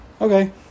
okay